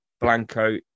blanco